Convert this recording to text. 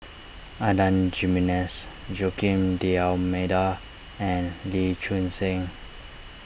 Adan Jimenez Joaquim D'Almeida and Lee Choon Seng